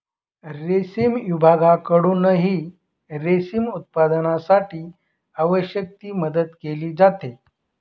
रेशीम विभागाकडूनही रेशीम उत्पादनासाठी आवश्यक ती मदत केली जाते